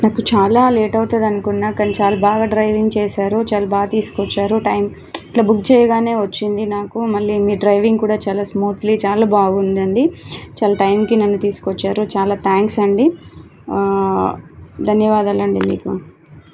నాకు చాలా లేట్ అవుతుంది అనుకున్నా కానీ చాలా బాగా డ్రైవింగ్ చేశారు చాలా బాగా తీసుకొచ్చారు టైం ఇట్లా బుక్ చేయగానే వచ్చింది నాకు మళ్ళీ మీ డ్రైవింగ్ కూడా చాలా స్మూత్లీ చాలా బాగుండి అండీ చాలా టైమ్కి నన్ను తీసుకొచ్చారు చాలా థ్యాంక్స్ అండీ ధన్యవాదాలు అండీ మీకు